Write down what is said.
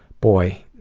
boy,